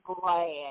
glad